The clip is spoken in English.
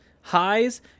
highs